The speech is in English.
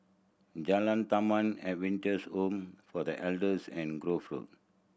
Jalan Taman Adventist Home for The Elders and Grove Road